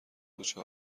کوچه